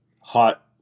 hot